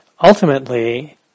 ultimately